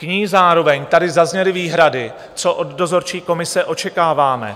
K ní zároveň tady zazněly výhrady, co od dozorčí komise očekáváme.